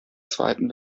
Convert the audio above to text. zweiten